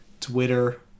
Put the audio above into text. Twitter